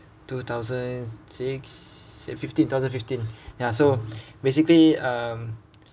two thousand six fifteen thousand fifteen ya so basically um